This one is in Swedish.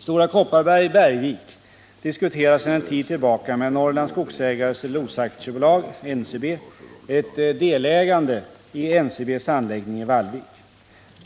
Stora Kopparberg-Bergvik diskuterar sedan en tid tillbaka med Norrlands Skogsägares Cellulosa AB ett detägande i NCB:s anläggning i Vallvik.